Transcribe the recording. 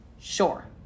Sure